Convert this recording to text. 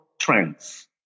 trends